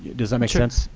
does that make sense?